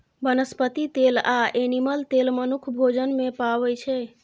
बनस्पति तेल आ एनिमल तेल मनुख भोजन मे पाबै छै